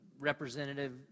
representative